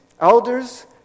elders